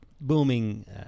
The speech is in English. booming